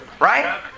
Right